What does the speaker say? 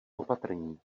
opatrní